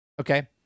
okay